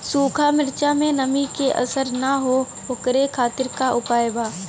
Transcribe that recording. सूखा मिर्चा में नमी के असर न हो ओकरे खातीर का उपाय बा?